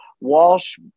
Walsh